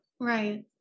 right